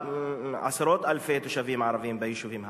עשרות אלפי תושבים ערבים ביישובים הערביים.